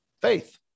faith